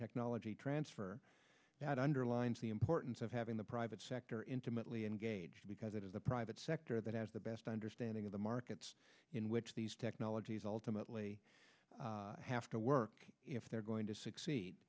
technology transfer that underlines the importance of having the private sector intimately engaged because it is the private sector that has the best understanding of the markets in which these technologies ultimately have to work if they're going to succeed